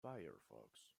firefox